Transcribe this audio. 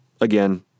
again